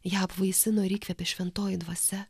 ją apvaisino ir įkvėpė šventoji dvasia